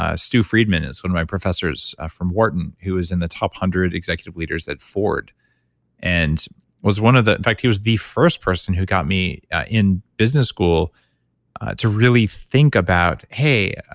ah stew friedman is one of my professors from wharton who was in the top one hundred executive leaders at ford and was one of the, in fact, he was the first person who got me in business school to really think about, hey,